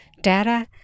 data